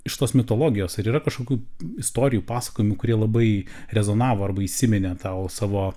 iš tos mitologijos ar yra kažkokių istorijų pasakojimų kurie labai rezonavo arba įsiminė tau savo